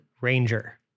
ranger